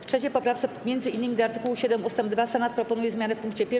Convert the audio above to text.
W 3. poprawce m.in. do art. 7 ust. 2 Senat proponuje zmianę w pkt 1.